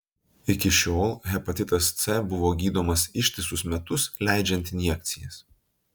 iki šiol hepatitas c buvo gydomas ištisus metus leidžiant injekcijas